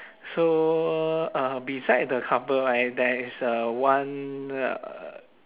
so uh beside the couple right there is a one uh